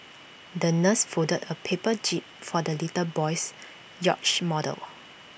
the nurse folded A paper jib for the little boy's yacht model